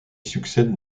succède